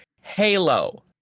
Halo